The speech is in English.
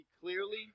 clearly